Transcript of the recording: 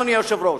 אדוני היושב-ראש: